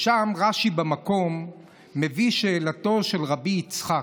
ושם רש"י מביא את שאלתו של רבי יצחק.